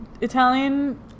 Italian